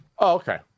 Okay